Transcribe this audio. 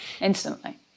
Instantly